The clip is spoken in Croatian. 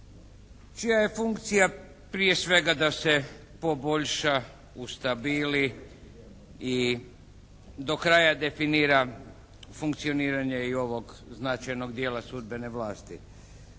čija je funkcija prije svega da se poboljša, ustabili i do kraja definira funkcioniranje i ovog značajnog dijela sudbene vlasti.